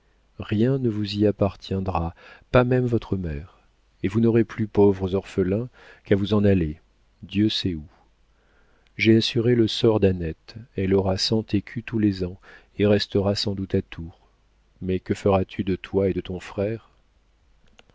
rien ne vous y appartiendra pas même votre mère et vous n'aurez plus pauvres orphelins qu'à vous en aller dieu sait où j'ai assuré le sort d'annette elle aura cent écus tous les ans et restera sans doute à tours mais que feras-tu de toi et de ton frère